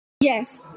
Yes